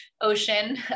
ocean